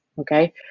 okay